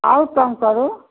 और कम करो